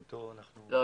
נכון,